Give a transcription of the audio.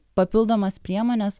papildomas priemones